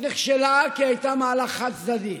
נכשלה כי היא הייתה מהלך חד-צדדי,